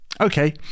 Okay